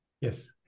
Yes